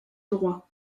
droit